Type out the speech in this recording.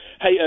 Hey